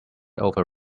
over